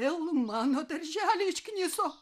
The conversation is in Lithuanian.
vėl mano darželį iškniso